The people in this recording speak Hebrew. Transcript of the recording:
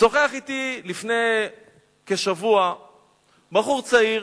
שוחח אתי לפני כשבוע בחור צעיר.